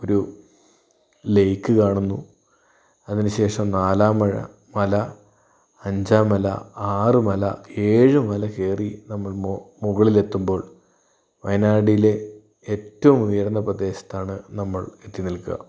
ഒരു ലേക്ക് കാണുന്നു അതിനു ശേഷം നാലാം മഴ മല അഞ്ചാം മല ആറ് മല ഏഴു മല കയറി നമ്മൾ മുകളിൽ എത്തുമ്പോൾ വായനാടിലെ ഏറ്റവും ഉയർന്ന പ്രദേശത്താണ് നമ്മൾ എത്തി നിൽക്കുക